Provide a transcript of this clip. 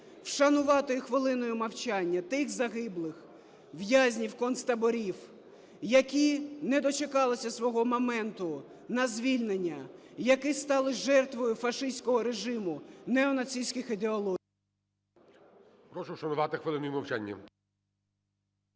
вшанувати і хвилиною мовчання тих загиблих в'язнів концтаборів, які не дочекалися свого моменту на звільнення і які стали жертвою фашистського режиму неонацистських ідеологій.